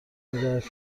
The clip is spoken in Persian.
میدهد